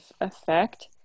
effect